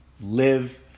live